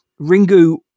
Ringu